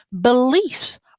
Beliefs